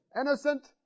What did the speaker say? innocent